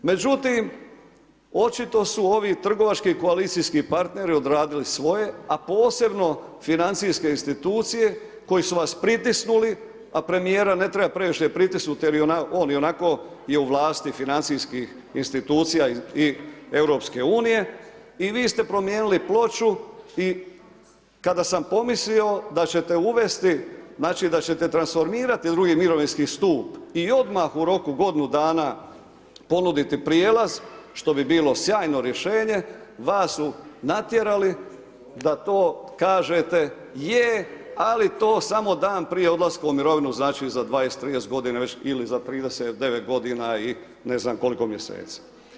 Međutim očito su ovi trgovački koalicijski partneri odradili svoje, a posebno financijske institucije koje su vas pritisnuli, a premijera ne treba previše pritisnut jer on ionako je u vlasti financijskih institucija i EU i vi ste promijenili ploču i kada sam pomislio da ćete uvesti, znači da ćete transformirati u drugi mirovinski stup i odmah u roku od godinu dana ponuditi prijelaz, što bi bilo sjajno rješenje, vas su natjerali da to kažete je, ali to samo dan prije odlaska u mirovinu, znači za 20, 30 godina ili za 39 godina i ne znam koliko mjeseci.